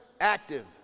active